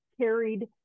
carried